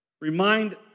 remind